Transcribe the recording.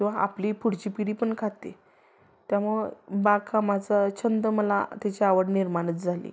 किंवा आपली पुढची पिढी पण खाते त्यामुळं बागकामाचा छंद मला त्याची आवड निर्माणच झाली